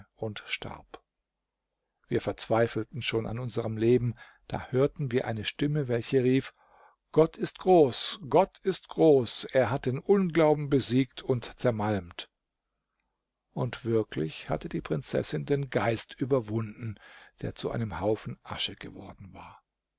und starb wir verzweifelten schon an unserm leben da hörten wir eine stimme welche rief gott ist groß gott ist groß er hat den unglauben besiegt und zermalmt und wirklich hatte die prinzessin den geist überwunden der zu einem haufen asche geworden war